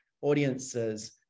audiences